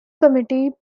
committee